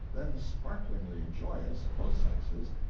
then sparklingly joyous both sexes,